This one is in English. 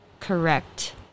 Correct